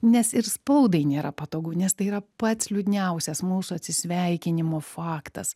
nes ir spaudai nėra patogu nes tai yra pats liūdniausias mūsų atsisveikinimo faktas